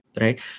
right